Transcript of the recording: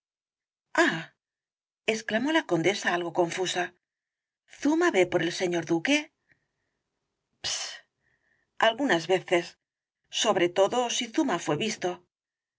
exclamó la condesa algo confusa zuma ve por el señor duque pts algunas veces sobre todo si zuma fué visto